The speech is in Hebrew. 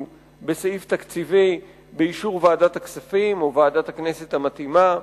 בסעיף תקציבי באישור ועדת הכספים או ועדת הכנסת המתאימה.